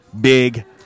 big